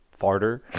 farter